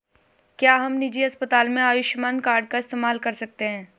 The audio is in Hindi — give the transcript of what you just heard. क्या हम निजी अस्पताल में आयुष्मान कार्ड का इस्तेमाल कर सकते हैं?